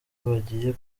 bagiye